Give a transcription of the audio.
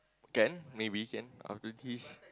can maybe can after kiss